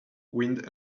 wind